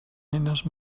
eines